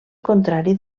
contrari